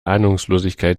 ahnungslosigkeit